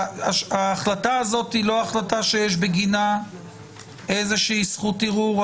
ההחלטה הזאת היא לא החלטה שיש בגינה איזושהי זכות ערעור.